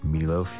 Milo